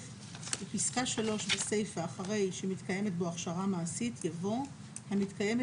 בפסקה (3) בסיפה אחרי "שמתקיימת בו הכשרה מעשית" יבוא "המתקיימת